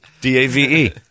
d-a-v-e